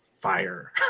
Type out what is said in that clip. fire